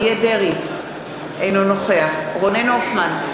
אינו נוכח רונן הופמן,